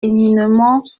éminemment